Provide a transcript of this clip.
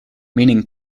meaning